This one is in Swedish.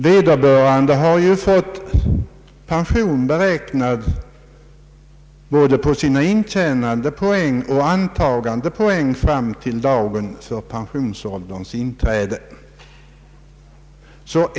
Vederbörande har ju fått pension beräknad både på intjänade poäng och på antagandepoäng fram till dagen för pensionsålderns inträde.